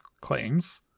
claims